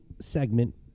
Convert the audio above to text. segment